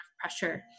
pressure